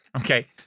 Okay